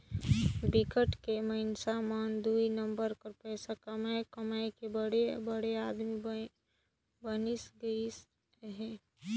बिकट के मइनसे मन दुई नंबर कर पइसा कमाए कमाए के बड़े बड़े आदमी बइन गइन अहें